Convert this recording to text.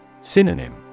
Synonym